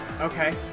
okay